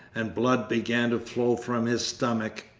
and blood began to flow from his stomach.